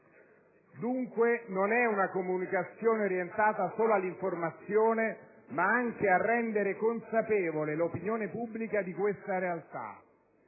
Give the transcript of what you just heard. Dunque, non è una comunicazione orientata solo all'informazione, ma anche a rendere consapevole l'opinione pubblica di questa realtà.